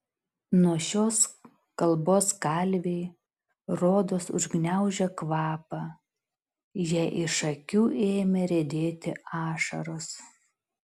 nuo šios kalbos kalvei rodos užgniaužė kvapą jai iš akių ėmė riedėti ašaros